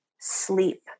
sleep